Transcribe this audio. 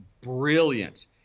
brilliant